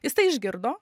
jis tai išgirdo